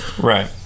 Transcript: right